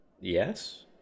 Yes